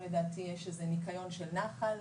לדעתי היום יש איזה ניקיון של נחל,